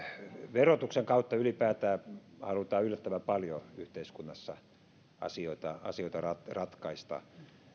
verotuksen kautta ylipäätään halutaan yllättävän paljon yhteiskunnassa asioita asioita ratkaista